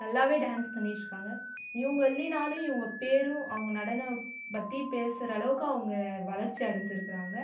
நல்லாவே டேன்ஸ் பண்ணிட்ருக்காங்கள் இவங்க இல்லைனாலும் இவங்க பேரும் அவங்க நடனம் பற்றி பேசுகிற அளவுக்கு அவங்க வளர்ச்சி அடைஞ்சிருக்குறாங்கள்